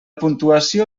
puntuació